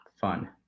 Fun